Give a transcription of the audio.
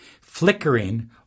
flickering